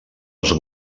els